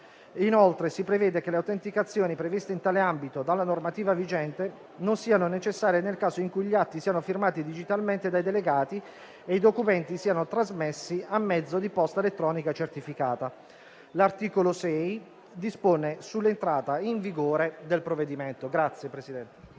Inoltre, si prevede che le autenticazioni previste in tale ambito dalla normativa vigente non siano necessarie nel caso in cui gli atti siano firmati digitalmente dai delegati e i documenti siano trasmessi a mezzo di posta elettronica certificata. L'articolo 6 dispone sull'entrata in vigore del provvedimento.